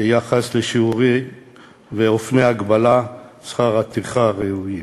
ביחס לשיעורי ואופני הגבלת שכר הטרחה הראויים.